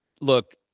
look